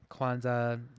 Kwanzaa